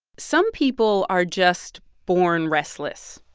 some people are just born restless.